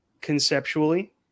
conceptually